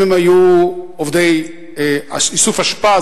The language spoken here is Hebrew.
אם הם היו עובדי איסוף אשפה,